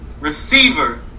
receiver